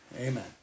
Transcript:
Amen